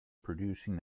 producing